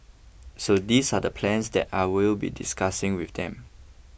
so these are the plans that I will be discussing with them